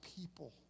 people